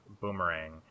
Boomerang